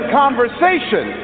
conversation